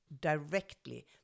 directly